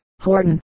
Horton